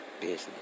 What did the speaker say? business